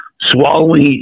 swallowing